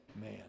man